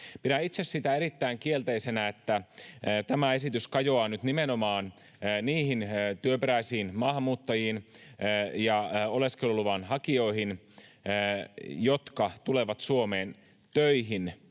Pidän itse erittäin kielteisenä sitä, että tämä esitys kajoaa nyt nimenomaan niihin työperäisiin maahanmuuttajiin ja oleskeluluvan hakijoihin, jotka tulevat Suomeen töihin,